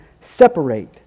separate